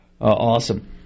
awesome